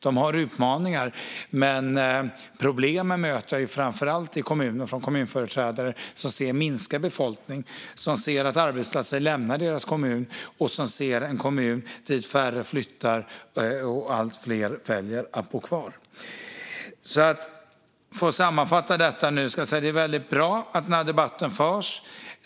De har utmaningar, men problemen möter jag framför allt i kommuner som ser minskad befolkning, som ser att arbetsplatser lämnar deras kommun och som ser en kommun dit färre flyttar och där allt fler väljer att inte bo kvar. För att sammanfatta kan jag säga att det är väldigt bra att den här debatten förs.